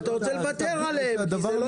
אבל אתה רוצה לוותר עליהם כי הם לא